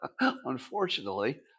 Unfortunately